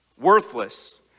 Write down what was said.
worthless